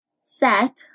set